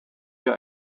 wir